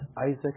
Isaac